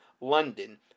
London